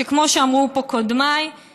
שכמו שאמרו פה קודמיי,